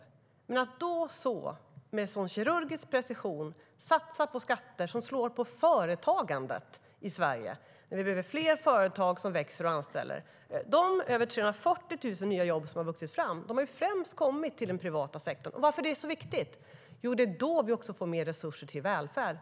Varför satsar man då med en sådan kirurgisk precision på skatter som slår mot företagandet i Sverige när vi behöver fler företag som växer och anställer? De över 340 000 nya jobb som har vuxit fram har ju främst kommit i den privata sektorn. Och varför är det så viktigt? Jo, det är då vi också får mer resurser till välfärd.